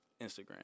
Instagram